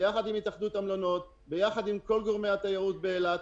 יחד עם התאחדות המלונות ועם כל גורמי התחרות באילת.